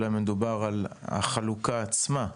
מדובר על החלוקה עצמה.